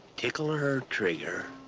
tickle her trigger